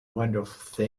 wonderful